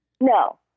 No